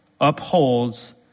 upholds